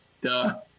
Duh